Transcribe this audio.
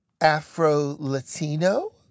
Afro-Latino